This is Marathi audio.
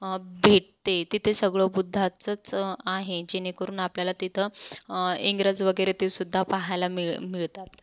भेटते तिथे सगळं बुद्धाचंच आहे जेणेकरून आपल्याला तिथं इंग्रज वगैरे ते सुध्दा पाहायला मिळ मिळतात